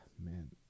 man